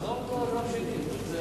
ביום שני.